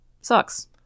sucks